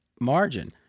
margin